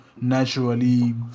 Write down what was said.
naturally